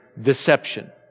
Deception